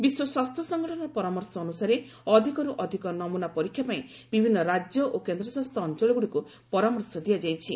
ବିଶ୍ୱ ସ୍ୱାସ୍ଥ୍ୟ ସଂଗଠନର ପରାମର୍ଶ ଅନୁସାରେ ଅଧିକର୍ ଅଧିକ ନମ୍ରନା ପରୀକ୍ଷା ପାଇଁ ବିଭିନ୍ ରାଜ୍ୟ ଓ କେନ୍ଦଶାସିତ ଅଞ୍ଚଳଗୁଡ଼ିକୁ ପରାମର୍ଶ ଦିଆଯାଇଛି